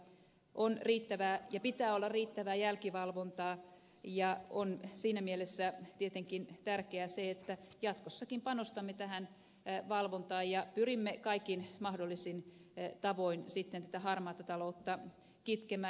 on riittävää ja pitää olla riittävää jälkivalvontaa ja on siinä mielessä tietenkin tärkeää se että jatkossakin panostamme valvontaan ja pyrimme kaikin mahdollisin tavoin harmaata taloutta kitkemään